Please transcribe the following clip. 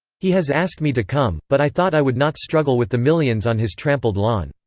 he has asked me to come, but i thought i would not struggle with the millions on his trampled lawn.